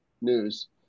news